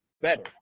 better